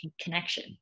connection